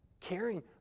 caring